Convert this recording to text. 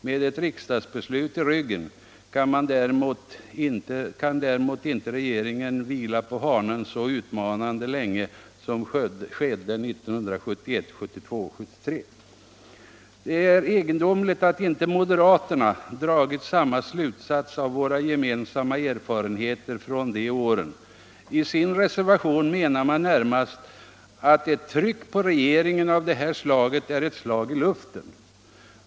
Med ett riksdagsbeslut i ryggen kan däremot inte regeringen vila på hanen så utmanande länge som skedde 1971, 1972 och 1973. Det är egendomligt att inte moderaterna dragit samma slutsats av våra gemensamma erfarenheter från de åren. I sin reservation menar de närmast att ett tryck på regeringen av det här slaget är ett slag i luften.